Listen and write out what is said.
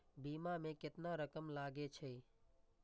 बीमा में केतना रकम लगे छै?